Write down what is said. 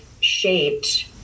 shaped